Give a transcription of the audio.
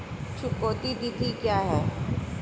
चुकौती तिथि क्या है?